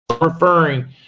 referring